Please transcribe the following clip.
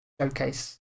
showcase